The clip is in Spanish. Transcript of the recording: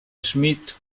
schmidt